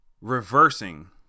reversing